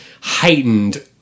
heightened